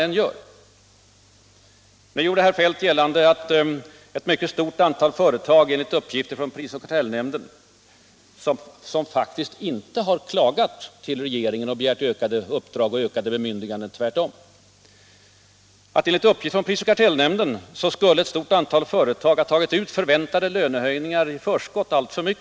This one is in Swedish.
Herr Feldt gjorde gällande att enligt uppgifter från prisoch kartellnämnden -— som faktiskt inte har klagat hos regeringen och begärt ökade uppdrag och ökade bemyndiganden — skulle ett stort antal företag i förskott ha tagit ut för mycket av förväntade lönehöjningar.